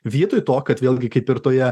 vietoj to kad vėlgi kaip ir toje